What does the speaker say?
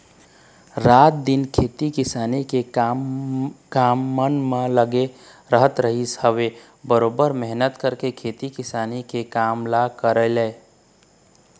रात दिन खेती किसानी के काम मन म लगे रहत रहिस हवय बरोबर मेहनत करके खेती किसानी के काम ल करय